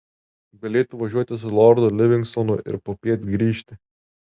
galėtų važiuoti su lordu livingstonu ir popiet grįžti